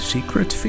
Secret